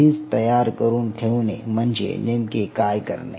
आधीच तयार करून ठेवणे म्हणजे नेमके काय करणे